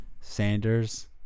Sanders